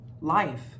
Life